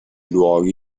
luoghi